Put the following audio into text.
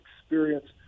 experience